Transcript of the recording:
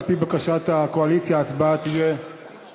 על-פי בקשת הקואליציה, ההצבעה תהיה שמית.